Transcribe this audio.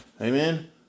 Amen